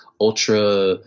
ultra